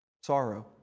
Sorrow